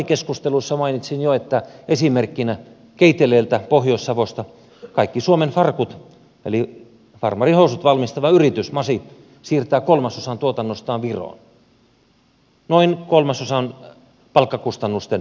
debattikeskustelussa mainitsin jo esimerkkinä keiteleeltä pohjois savosta että kaikki suomen farkut eli farmarihousut valmistava yritys masi siirtää kolmasosan tuotannostaan viroon noin kolmasosan palkkakustannusten maahan